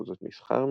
מחוזות מסחר,